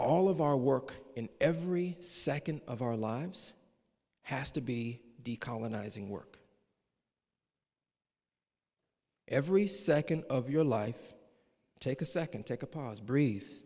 all of our work in every second of our lives has to be de colonizing work every second of your life take a second take a pause breeze